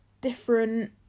different